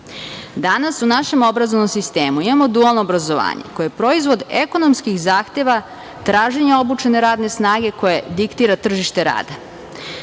u našem obrazovnom sistemu imamo dualno obrazovanje, koje je proizvod ekonomskih zahteva, traženja obučene radne snage koje diktira tržište rada.